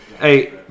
Hey